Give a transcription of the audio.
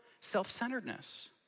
self-centeredness